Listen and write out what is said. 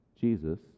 Jesus